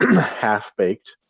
Half-Baked